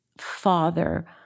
father